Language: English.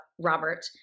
Robert